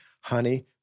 honey